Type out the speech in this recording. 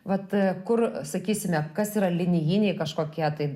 vat kur sakysime kas yra linijiniai kažkokie tai